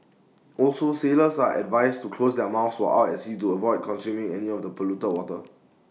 also sailors are advised to close their mouths while out at sea to avoid consuming any of the polluted water